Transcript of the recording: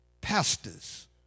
pastors